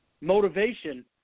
motivation